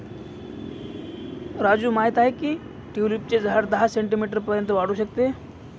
राजू माहित आहे की ट्यूलिपचे झाड दहा सेंटीमीटर पर्यंत वाढू शकते